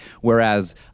Whereas